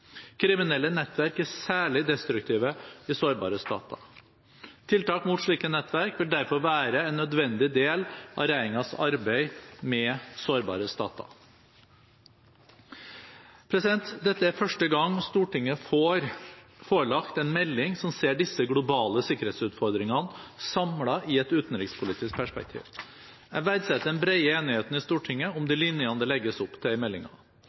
Kriminelle nettverk er særlig destruktive i sårbare stater. Tiltak mot slike nettverk vil derfor være en nødvendig del av regjeringens arbeid med sårbare stater. Dette er første gang Stortinget får seg forelagt en melding som ser disse globale sikkerhetsutfordringene samlet i et utenrikspolitisk perspektiv. Jeg verdsetter den brede enigheten i Stortinget om de linjene det legges opp til i